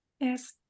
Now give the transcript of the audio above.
Yes